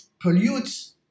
pollutes